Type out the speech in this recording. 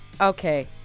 Okay